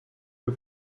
für